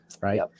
right